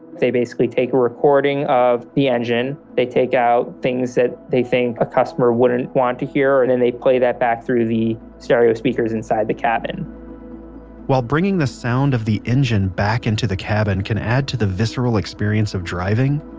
they basically take a recording of the engine, they take out things that they think a customer wouldn't want to hear and then they play that back through the speakers inside the cabin while bringing the sound of the engine back into the cabin can add to the visceral experience of driving.